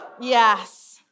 Yes